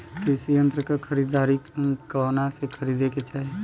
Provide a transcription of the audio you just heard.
कृषि यंत्र क खरीदारी कहवा से खरीदे के चाही?